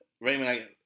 Raymond